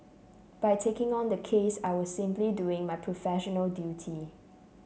by taking on the case I was simply doing my professional duty